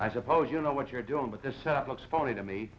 i suppose you know what you're doing with this set up looks funny to me